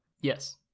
yes